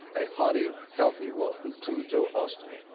a hearty, healthy welcome to joe austin.